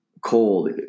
Cold